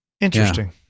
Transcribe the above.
Interesting